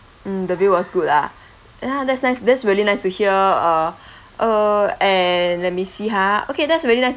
mm the view was good ah yeah that's nice that's really nice to hear uh err and let me see ha okay that's really nice